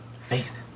faith